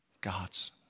God's